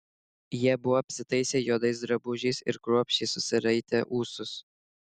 jie buvo apsitaisę juodais drabužiais ir kruopščiai susiraitę ūsus